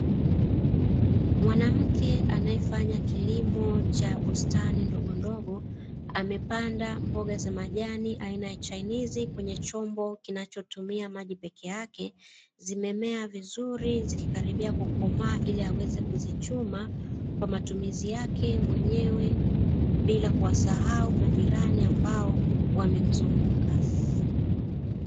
Mwanamke anayefanya kilimo cha bustani ndogondogo, amepanda mboga za majani aina ya chainizi kwenye chombo kinachotumia maji peke yake. Zimemea vizuri zikikaribia kukomaa ili aweze kuzichuma kwa matumizi yake mwenyewe bila kuwasahau majirani ambao wamemzunguka.